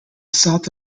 south